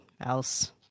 else